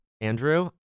Andrew